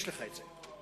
יש לך את זה.